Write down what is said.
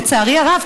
לצערי הרב,